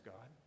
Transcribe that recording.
God